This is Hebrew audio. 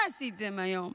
מה עשיתם היום?